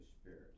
Spirit